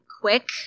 quick